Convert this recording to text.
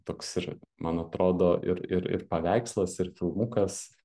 toks ir man atrodo ir ir ir paveikslas ir filmukas